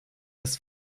ist